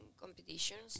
competitions